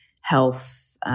health